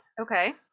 Okay